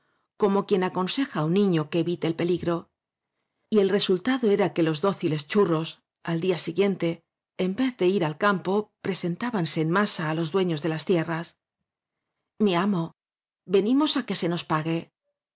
como quien aconseja á un niño que evite eí peligro y el resultado era que los dóciles churros al día siguiente en vez de ir al campo presentábanse en masa á los dueños de las tierras mi amo venimos á que nos pague